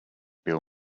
bill